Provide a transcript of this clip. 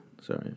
sorry